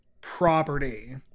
property